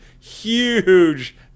huge